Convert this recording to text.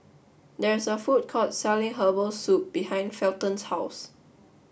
there is a food court selling Herbal Soup behind Felton's house